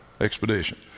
Expedition